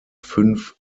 fünf